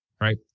right